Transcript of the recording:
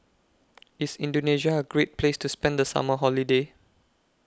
IS Indonesia A Great Place to spend The Summer Holiday